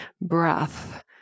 breath